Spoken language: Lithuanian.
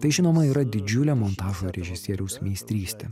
tai žinoma yra didžiulė montažo režisieriaus meistrystė